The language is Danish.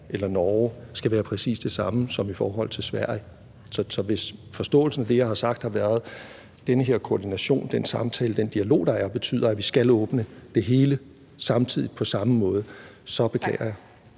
Sverige, som vi måtte åbne på til Tyskland eller Norge. Så hvis forståelsen af det, jeg har sagt, har været, at den her koordination, samtale, dialog betyder, at vi skal åbne det hele samtidig og på samme måde, beklager jeg.